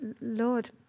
Lord